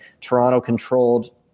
Toronto-controlled